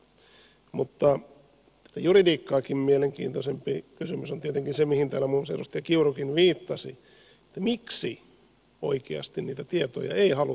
mutta tätä juridiikkaakin mielenkiintoisempi kysymys on tietenkin se mihin täällä muun muassa edustaja kiurukin viittasi että miksi oikeasti niitä tietoja ei haluttu antaa